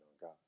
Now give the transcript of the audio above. God